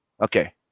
Okay